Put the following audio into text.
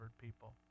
people